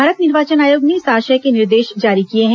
भारत निर्वाचन आयोग ने इस आशय के निर्देश जारी किए हैं